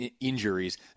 injuries